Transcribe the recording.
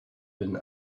been